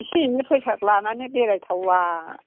एसे एनै फैसा लानानै बेरायथावआ